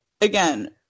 again